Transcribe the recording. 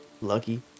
Lucky